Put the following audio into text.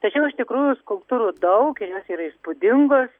tačiau iš tikrųjų skulptūrų daug ir jos yra įspūdingos